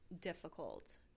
difficult